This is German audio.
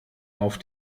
auf